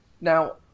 Now